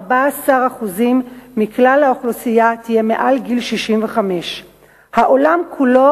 14% מכלל האוכלוסייה תהיה מעל גיל 65. העולם כולו